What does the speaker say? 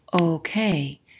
okay